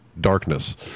darkness